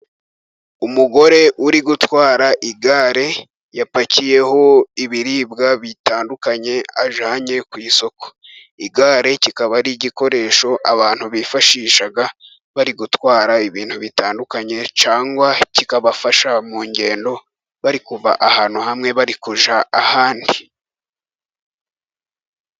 Umugore uri gutwara igare yapakiyeho ibiribwa bitandukanye ajyanye ku isoko. Igare kikaba ari igikoresho abantu bifashisha bari gutwara ibintu bitandukanye, cyangwa kikabafasha mu ngendo bari kuva ahantu hamwe, bari kujya ahandi.